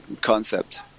concept